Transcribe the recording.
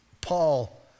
Paul